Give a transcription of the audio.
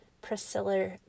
Priscilla